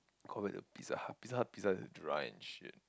compared to Pizza-Hut Pizza-Hut pizza is a dry and shit